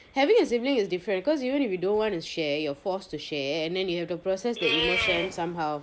having a sibiling is different becuase even if you don't want to share you are forced to share and then you have to process the emotions somehow